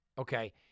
Okay